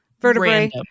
vertebrae